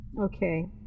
Okay